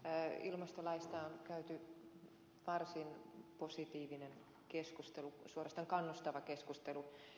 ilmastolaista on käyty varsin positiivinen keskustelu suorastaan kannustava keskustelu